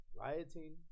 rioting